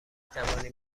توانی